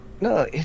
No